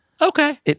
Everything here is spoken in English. Okay